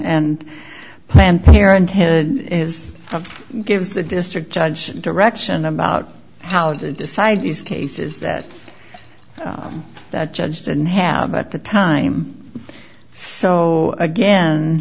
and planned parenthood is gives the district judge direction about how do you decide these cases that that judge didn't have at the time so again